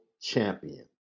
champion